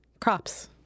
crops